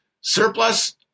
Surplus